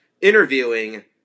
interviewing